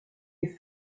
les